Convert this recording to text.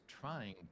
trying